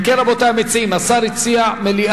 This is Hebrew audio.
אם כן, רבותי המציעים, השר הציע מליאה.